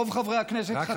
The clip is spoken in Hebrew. רוב חברי הכנסת חתמו על זה.